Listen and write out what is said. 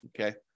Okay